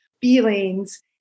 feelings